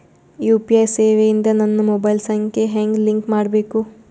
UPI ಸೇವೆ ಇಂದ ನನ್ನ ಮೊಬೈಲ್ ಸಂಖ್ಯೆ ಹೆಂಗ್ ಲಿಂಕ್ ಮಾಡಬೇಕು?